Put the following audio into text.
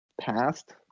past